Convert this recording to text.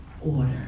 order